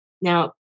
Now